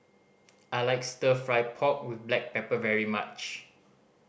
I like Stir Fry pork with black pepper very much